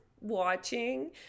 watching